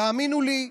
תאמינו לי,